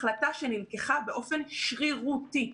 החלטה שנלקחה באופן שרירותי.